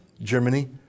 Germany